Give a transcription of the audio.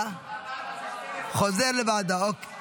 בעד, 28 נגד.